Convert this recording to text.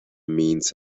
means